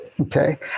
Okay